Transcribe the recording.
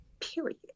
period